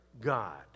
God